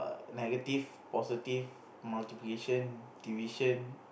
negative positive multiplication division